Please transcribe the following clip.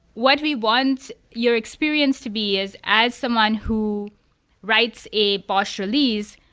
what we want your experience to be is as someone who writes a bosh release,